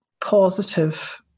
positive